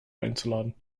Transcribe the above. einzuladen